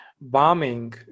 bombing